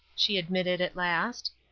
she admitted at last.